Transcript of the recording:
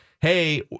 Hey